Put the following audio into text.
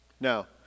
Now